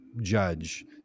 judge